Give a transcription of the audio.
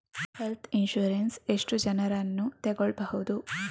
Health insurance ಎಷ್ಟು ಜನರನ್ನು ತಗೊಳ್ಬಹುದು?